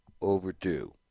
overdue